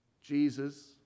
Jesus